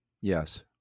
Yes